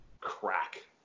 crack